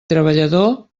treballador